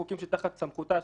כשכותבים: